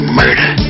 murder